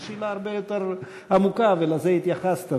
זו שאלה הרבה יותר עמוקה, ולזה התייחסת.